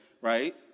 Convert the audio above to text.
right